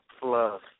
fluff